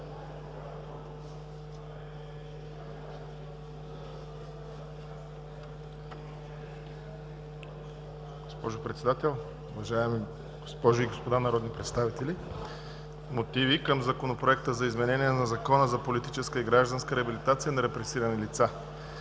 Госпожо Председател, уважаеми госпожи и господа народни представители! Мотиви към Законопроекта за изменение на Закона за политическа и гражданска реабилитация на репресирани лица.